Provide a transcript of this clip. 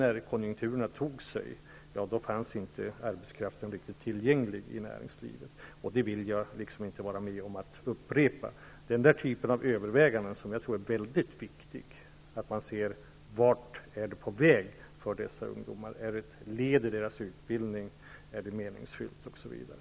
När konjunkturen sedan tog sig fanns inte arbetskraften tillgänglig i näringslivet, och det vill jag inte medverka till att upprepa. Man måste fråga sig vart dessa ungdomar är på väg, om praktikplatsen är ett led i deras utbildning, om den är meningsfull, osv.